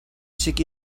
sik